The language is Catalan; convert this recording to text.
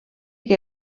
que